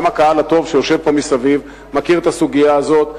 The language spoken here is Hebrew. גם הקהל הטוב שיושב פה מסביב מכיר את הסוגיה הזאת,